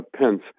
Pence